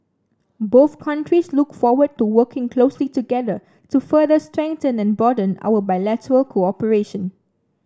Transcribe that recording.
both countries look forward to working closely together to further strengthen and broaden our bilateral cooperation